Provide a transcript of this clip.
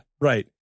right